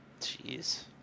jeez